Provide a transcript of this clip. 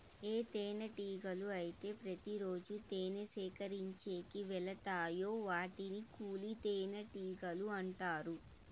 ఏ తేనెటీగలు అయితే ప్రతి రోజు తేనె సేకరించేకి వెలతాయో వాటిని కూలి తేనెటీగలు అంటారు